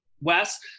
Wes